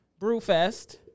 Brewfest